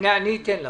אני אתן לך.